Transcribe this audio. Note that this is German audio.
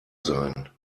sein